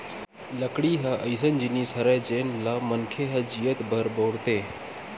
लकड़ी ह अइसन जिनिस हरय जेन ल मनखे ह जियत भर बउरथे